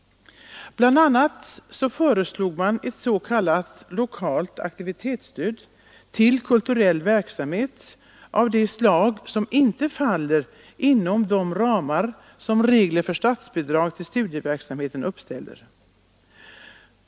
BI. a. föreslog man ett s.k. lokalt aktivitetsstöd till kulturell verksamhet av det slag som inte faller inom de ramar som reglerna för statsbidrag till studiecirkelverksamheten uppställer.